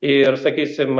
ir sakysim